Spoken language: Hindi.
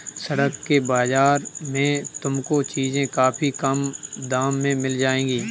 सड़क के बाजार में तुमको चीजें काफी कम दाम में मिल जाएंगी